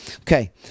Okay